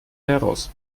heraus